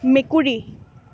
মেকুৰী